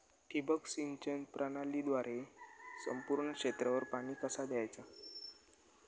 ठिबक सिंचन प्रणालीद्वारे संपूर्ण क्षेत्रावर पाणी कसा दयाचा?